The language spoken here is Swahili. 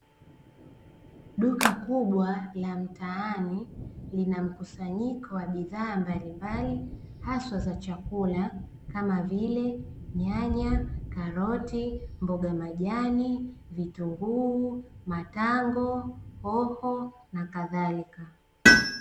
Duka kubwa la mtaani lina mkusanyiko wa bidhaa mbalimbali haswa za chakula kama vile: nyanya, karoti, mboga majani, vitunguu, matango, hoho, na kadhalika.